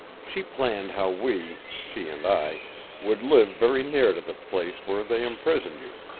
she planned how we she and i would live very near to the place where they imprisoned you,